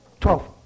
twelve